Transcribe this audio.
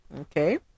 Okay